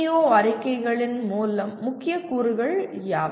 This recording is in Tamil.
PEO அறிக்கைகளின் முக்கிய கூறுகள் யாவை